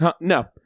No